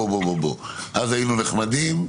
אז היינו נחמדים,